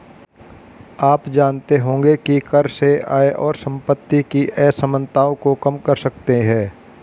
आप जानते होंगे की कर से आय और सम्पति की असमनताओं को कम कर सकते है?